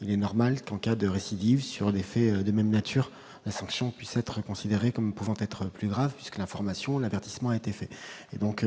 il est normal qu'en cas de récidive sur des faits de même nature, la sanction puisse être considérée comme pouvant être plus grave puisque l'information : l'avertissement a été fait et donc,